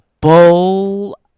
Bowl